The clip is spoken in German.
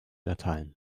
erteilen